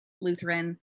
Lutheran